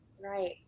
Right